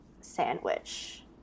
sandwich